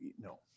no